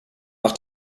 nach